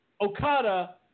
Okada